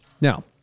Now